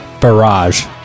barrage